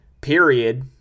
period